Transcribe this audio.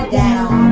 down